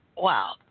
wow